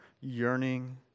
yearning